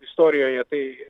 istorijoje tai